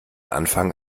anfang